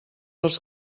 els